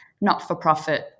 not-for-profit